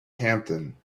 hampden